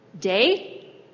Day